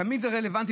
תמיד זה רלוונטי,